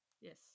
Yes